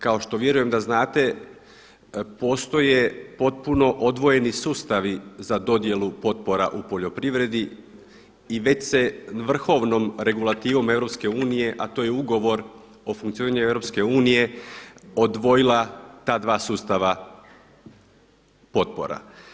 Kao što vjerujem da znate postoje potpuno odvojeni sustavi za dodjelu potpora u poljoprivredi i već se vrhovnom regulativom EU, a to je Ugovor o funkcioniranju EU odvojila ta dva sustava potpora.